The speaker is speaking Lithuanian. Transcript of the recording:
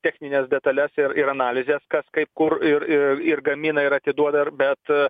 technines detales ir analizes kas kaip kur ir ir gamina ir atiduoda ir bet